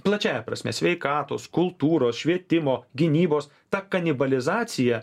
plačiąja prasme sveikatos kultūros švietimo gynybos ta kanibalizacija